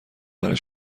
برای